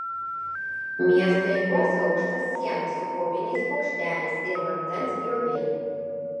miestą juosė aukšta siena su koviniais bokšteliais ir vandens grioviai